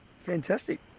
Fantastic